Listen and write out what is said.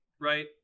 right